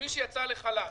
מי שיצא לחל"ת,